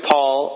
Paul